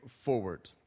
forward